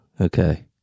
okay